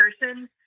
person